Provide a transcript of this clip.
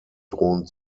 drohen